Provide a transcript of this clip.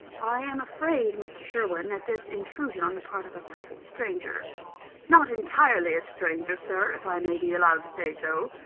i am afraid, mr. sherwin, that this intrusion on the part of a perfect stranger not entirely a stranger, sir, if i may be allowed to say so.